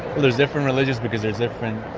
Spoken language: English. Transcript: there's different religions because there's different,